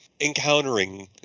encountering